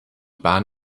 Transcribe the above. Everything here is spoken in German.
bahn